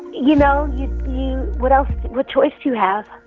you know, you what else what choice do you have?